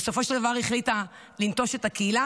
ובסופו של דבר היא החליטה לנטוש את הקהילה